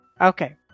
Okay